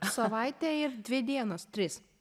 savaitė ir dvi dienos trys